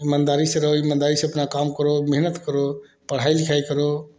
ईमानदारी से रहो ईमानदारी से अपना काम करो मेहनत करो पढ़ाई लिखाई करो